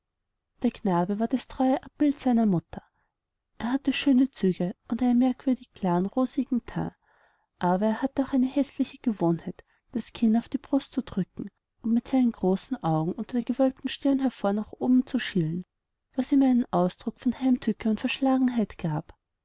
der knabe war das treue abbild seiner mutter er hatte schöne züge und einen merkwürdig klaren rosigen teint aber er hatte auch die häßliche gewohnheit das kinn auf die brust zu drücken und mit seinen großen augen unter der gewölbten stirn hervor nach oben zu schielen was ihm einen ausdruck von heimtücke und verschlagenheit gab